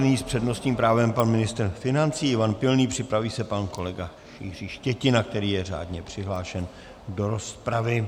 Nyní s přednostním právem pan ministr financí Ivan Pilný, připraví se pan kolega Jiří Štětina, který je řádně přihlášen do rozpravy.